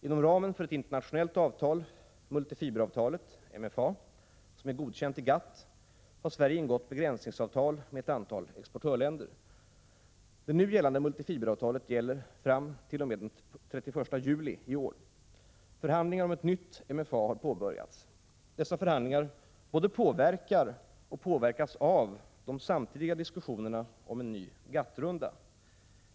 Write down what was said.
Inom ramen för ett internationellt avtal — multifiberavtalet - som är godkänt i GATT, har Sverige ingått begränsningsavtal med ett antal exportörländer. Det nu gällande multifiberavtalet gäller fram t.om. den 31 juli i år. Förhandlingar om ett nytt MFA har påbörjats. Dessa förhandlingar både påverkar och påverkas av de samtidiga diskussionerna om en ny GATT-runda.